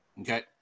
okay